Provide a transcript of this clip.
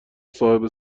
صاحب